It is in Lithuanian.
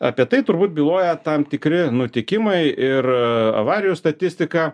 apie tai turbūt byloja tam tikri nutikimai ir avarijų statistika